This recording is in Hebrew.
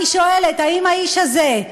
אני שואלת: האם האיש הזה,